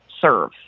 serve